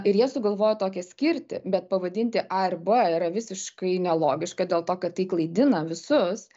ir jie sugalvojo tokią skirtį bet pavadinti a ir b yra visiškai nelogiška dėl to kad tai klaidina visus